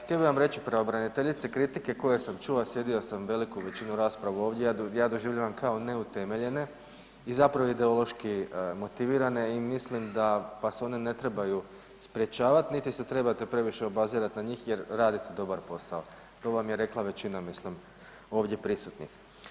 Htio bih vam reći pravobraniteljice kritike koje sam čuo, a sjedio sam veliku većinu rasprave ovdje, ja doživljavam kao neutemeljene i zapravo ideološki motivirane i mislim da vas one ne trebaju sprečavati niti se trebate previše obazirati na njih jer radite dobar posao, to vam je rekla većina mislim ovdje prisutnih.